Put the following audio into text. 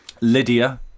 Lydia